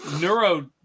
neuro